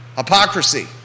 Hypocrisy